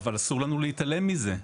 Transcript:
אבל אסור לנו להתעלם מזה.